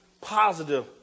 positive